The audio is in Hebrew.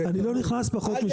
אל תפחד.